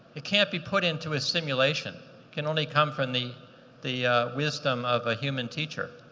it can't be put into a simulation can only come from the the wisdom of a human teacher,